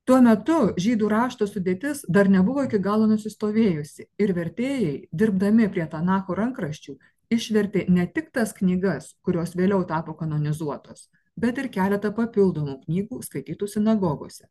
tuo metu žydų rašto sudėtis dar nebuvo iki galo nusistovėjusi ir vertėjai dirbdami prie tanaho rankraščių išvertė ne tik tas knygas kurios vėliau tapo kanonizuotos bet ir keletą papildomų knygų skaitytų sinagogose